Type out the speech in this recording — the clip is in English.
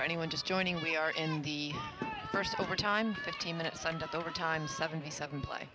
so anyone just joining we are in the first overtime fifteen minutes under the overtime seventy seven by